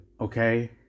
okay